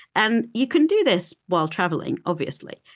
and you can do this while traveling, obviously.